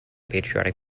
patriotic